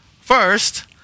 first